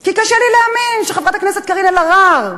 כי קשה לי להאמין שחברת הכנסת קארין אלהרר